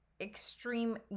extreme